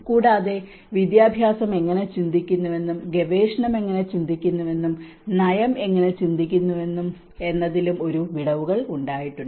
കൂടാതെ വിദ്യാഭ്യാസം എങ്ങനെ ചിന്തിക്കുന്നുവെന്നും ഗവേഷണം എങ്ങനെ ചിന്തിക്കുന്നുവെന്നും നയം എങ്ങനെ ചിന്തിക്കുന്നു എന്നതിലും വിടവുകൾ ഉണ്ടായിട്ടുണ്ട്